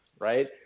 right